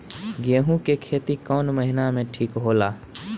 गेहूं के खेती कौन महीना में ठीक होला?